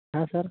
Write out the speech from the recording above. ಹಾಂ ಸರ್